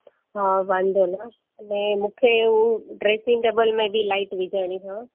हा वांदो न ने मूंखे हूं ड्रेसिंग टेबल में बि लाइट विझाइणी हा